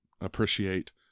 appreciate